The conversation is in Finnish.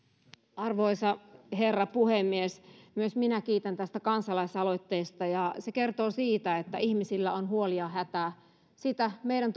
arvoisa herra puhemies myös minä kiitän tästä kansalaisaloitteesta se kertoo siitä että ihmisillä on huoli ja hätä meidän